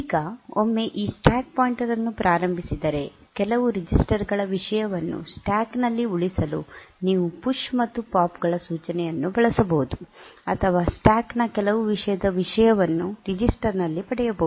ಈಗ ಒಮ್ಮೆ ಈ ಸ್ಟ್ಯಾಕ್ ಪಾಯಿಂಟರ್ ಅನ್ನು ಪ್ರಾರಂಭಿಸಿದರೆ ಕೆಲವು ರೆಜಿಸ್ಟರ್ ಗಳ ವಿಷಯವನ್ನು ಸ್ಟ್ಯಾಕ್ ನಲ್ಲಿ ಉಳಿಸಲು ನೀವು ಪುಶ್ ಮತ್ತು ಪಾಪ್ ಸೂಚನೆಗಳನ್ನು ಬಳಸಬಹುದು ಅಥವಾ ಸ್ಟ್ಯಾಕ್ ನ ಕೆಲವು ವಿಷಯದ ವಿಷಯವನ್ನು ರಿಜಿಸ್ಟರ್ ನಲ್ಲಿ ಪಡೆಯಬಹುದು